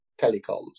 telecoms